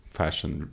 fashion